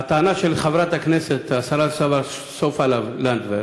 הטענה של חברת הכנסת השרה סופה לנדבר,